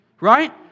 right